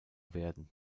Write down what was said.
werden